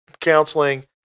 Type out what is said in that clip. counseling